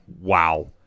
wow